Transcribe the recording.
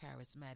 charismatic